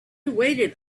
waited